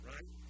Right